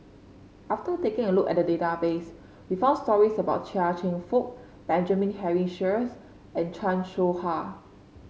after taking a look at database we found stories about Chia Cheong Fook Benjamin Henry Sheares and Chan Soh Ha